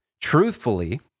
truthfully